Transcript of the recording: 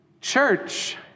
church